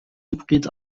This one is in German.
hybrid